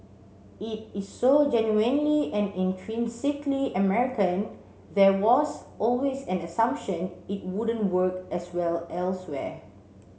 it is so genuinely and intrinsically American there was always an assumption it wouldn't work as well elsewhere